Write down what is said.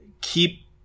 keep